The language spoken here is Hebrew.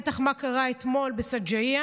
בטח מה קרה אתמול בשג'אעיה,